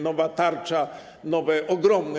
Nowa tarcza, nowe, ogromne.